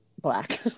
black